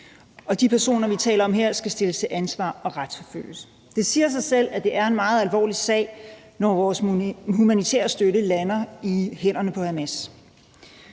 De personer, vi taler om her, skal stilles til ansvar og retsforfølges. Det siger sig selv, at det er en meget alvorlig sag, når vores humanitære støtte lander i hænderne på Hamas.